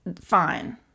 fine